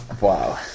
Wow